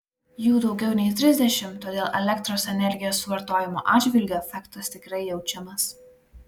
jų daugiau nei trisdešimt todėl elektros energijos suvartojimo atžvilgiu efektas tikrai jaučiamas